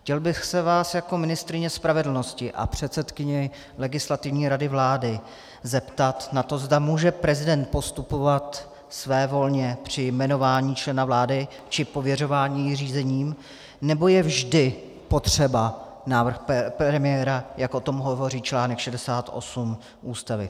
Chtěl bych se vás jako ministryně spravedlnosti a předsedkyně Legislativní rady vlády zeptat na to, zda může prezident postupovat svévolně při jmenování člena vlády či pověřování řízením, nebo je vždy potřeba návrh premiéra, jak o tom hovoří článek 68 Ústavy.